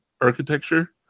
architecture